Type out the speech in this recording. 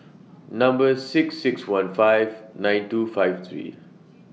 Number six six one five nine two five three